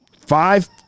five